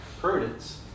prudence